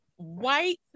White